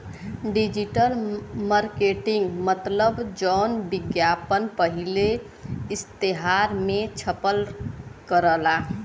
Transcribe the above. digital marketing मतलब जौन विज्ञापन पहिले इश्तेहार मे छपल करला